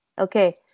Okay